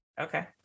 Okay